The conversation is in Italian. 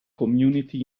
community